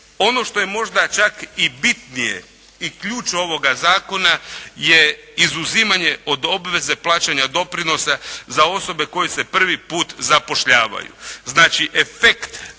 Ono što je možda čak i bitnije i ključ ovoga zakona je izuzimanje od obveze plaćanja doprinosa za osobe koje se prvi put zapošljavaju. Znači, efekt te